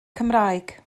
cymraeg